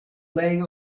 laying